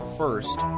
first